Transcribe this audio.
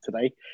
today